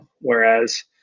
Whereas